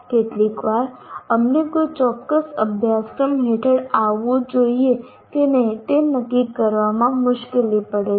કેટલીકવાર અમને કોઈ ચોક્કસ અભ્યાસક્રમ હેઠળ આવવું જોઈએ કે નહીં તે નક્કી કરવામાં મુશ્કેલી પડે છે